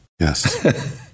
Yes